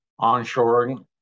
onshoring